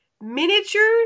miniature